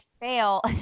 fail